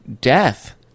death